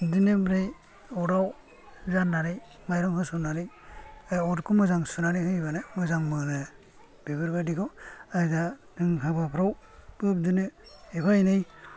बिदिनो ओमफ्राय अर आव जाननानै माइरं होसननानै अरखौ मोजां सुनानै होयोबानो मोजां मोनो बेफोर बादिखौ आरो दा हाबाफ्रावबो बिदिनो एफा एनै